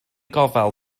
gofal